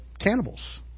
cannibals